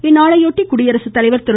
இந்நாளையொட்டி குடியரசுத்தலைவர் திரு